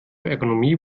ergonomie